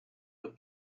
the